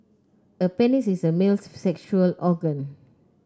a penis is a male's sexual organ